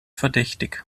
verdächtig